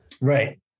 Right